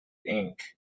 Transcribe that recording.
ink